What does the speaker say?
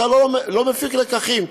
אתה לא מפיק לקחים.